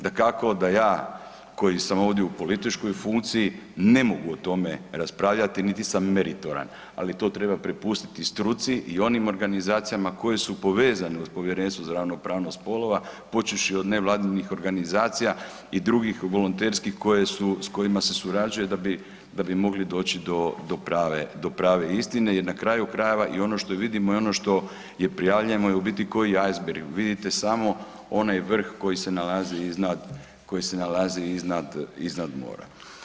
Dakako da ja koji sam ovdje u političkoj funkciji ne mogu o tome raspravljati, niti sam meritoran, ali to treba prepustiti struci i onim organizacijama koje su povezane uz povjerenstvo za ravnopravnost spolova počevši od nevladinih organizacija i drugih volonterskih koje su, s kojima se surađuje da bi mogli doći do prave istine jer na kraju krajeva i ono što vidimo i ono što je prijavljujemo je u biti ko eisberg vidite samo onaj vrh koji se nalazi iznad, koji se nalazi iznad mora.